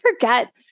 forget